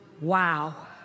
Wow